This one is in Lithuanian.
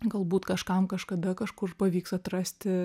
galbūt kažkam kažkada kažkur pavyks atrasti